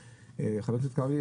חבר הכנסת קרעי,